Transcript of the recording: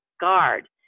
guard